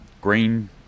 green